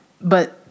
but-